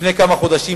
לפני כמה חודשים,